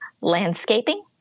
landscaping